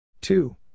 Two